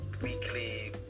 weekly